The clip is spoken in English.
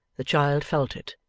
the child felt it,